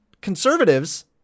conservatives